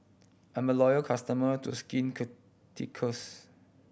I'm a loyal customer to Skin Ceuticals